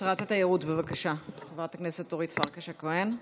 שרת התיירות, בבקשה, חברת הכנסת אורית פרקש הכהן.